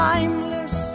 Timeless